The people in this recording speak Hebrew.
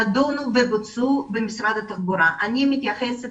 נידונו ובוצעו במשרד התחבורה: אני מתייחסת